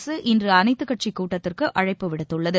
அரசு இன்று அனைத்துக் கட்சிக் கூட்டத்திற்கு அழைப்பு விடுத்துள்ளது